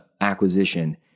acquisition